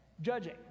Judging